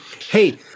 Hey